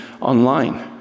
online